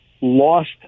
lost